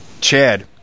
Chad